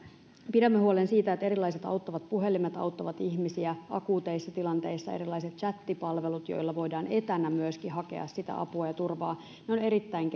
pidämme huolen siitä että erilaiset auttavat puhelimet auttavat ihmisiä akuuteissa tilanteissa erilaisilla tsättipalveluilla voidaan etänä myöskin hakea sitä apua ja turvaa ne ovat erittäin